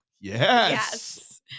Yes